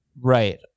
Right